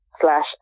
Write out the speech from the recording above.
slash